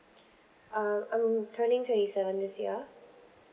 uh I'm turning twenty seven this year